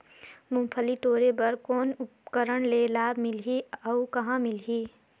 मुंगफली टोरे बर कौन उपकरण ले लाभ मिलही अउ कहाँ मिलही?